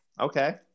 okay